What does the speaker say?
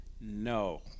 No